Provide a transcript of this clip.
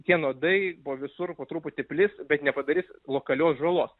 tie nuodai po visur po truputį plis bet nepadarys lokalios žalos